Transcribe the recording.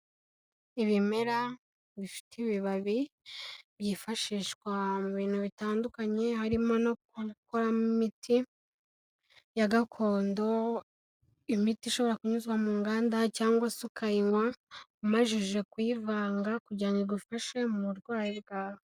Ibimera bifite ibibabi byifashishwa mu bintu bitandukanye harimo no gukoramo imiti ya gakondo, imiti ishobora kunyuzwa mu nganda cyangwa se ukayinywa umajije kuyivanga kugirango igufashe mu burwayi bwawe.